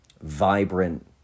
vibrant